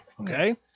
okay